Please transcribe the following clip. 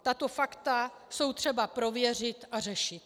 Tato fakta je třeba prověřit a řešit.